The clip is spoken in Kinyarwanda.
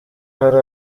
hari